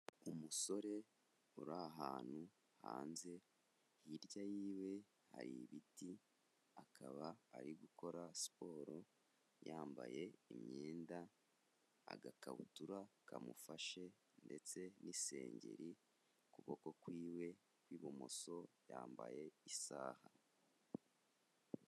Umusore uri ahantu hanze hirya yiwe hari ibiti, akaba ari gukora siporo yambaye imyenda agakabutura kamufashe ndetse n'isengeri, ku kuboko kw'iwe kw'ibumoso yambaye isaha.